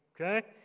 okay